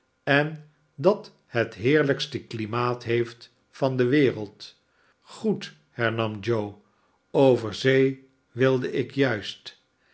en dat het heerlijkste klimaat heeft van de wereld goed hernam joe over zee wilde ik juist